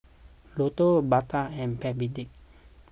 Lotto Bata and Backpedic